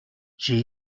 j’ai